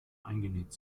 eingenäht